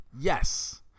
Yes